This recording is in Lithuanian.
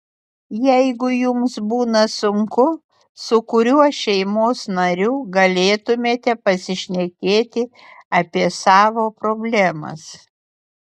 jeigu jums būna sunku su kuriuo šeimos nariu galėtumėte pasišnekėti apie savo problemas